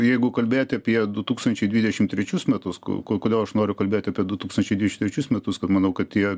jeigu kalbėti apie du tūkstančiai dvidešim trečius metus ko ko kodėl aš noriu kalbėt apie du tūkstančiai dvidešim trečius metus kad manau kad tie